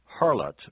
harlot